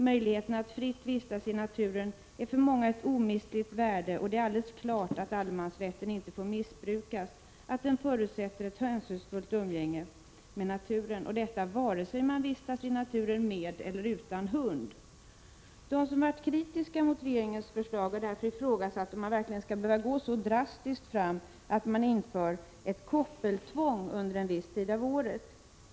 Möjligheten att fritt vistas i naturen är för många ett omistligt värde, och det är alldeles klart att allemansrätten inte får missbrukas, att den förutsätter ett hänsynfullt umgänge med naturen vare sig man vistas i naturen med eller utan hund. De som har varit kritiska mot regeringens förslag har därför ifrågasatt om man verkligen skall behöva gå så drastiskt fram att man inför ett koppeltvång under en viss tid av året.